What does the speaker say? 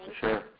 Sure